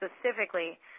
specifically